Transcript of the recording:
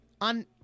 on